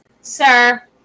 sir